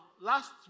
last